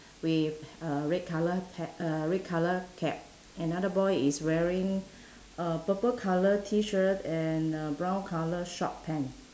with a red colour ca~ uh red colour cap another boy is wearing a purple colour T-shirt and uh brown colour short pant